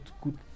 good